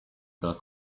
dla